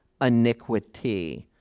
iniquity